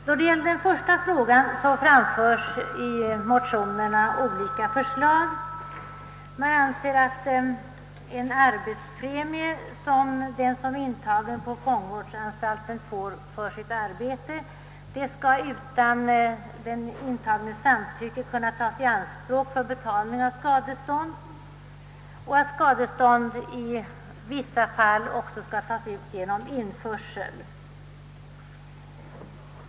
Då det gäller den första frågan framföres i motionerna olika förslag. Man anser att den arbetspremie, som den som är intagen på fångvårdsanstalt får för sitt arbete, utan den intagnes samtycke skall kunna tas i anspråk för betalning av skadestånd och att skadestånd i vissa fall också skall tas ut genom införsel.